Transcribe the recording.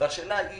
השאלה היא